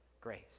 grace